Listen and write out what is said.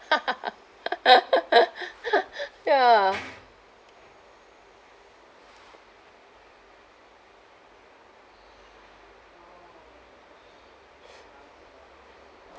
ya